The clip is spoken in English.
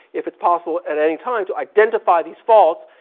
if it's possible at any time to identify these faults,